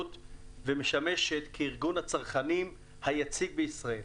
ומשמשת כארגון הצרכני היציג בישראל.